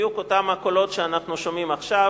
בדיוק אותם הקולות שאנחנו שומעים עכשיו,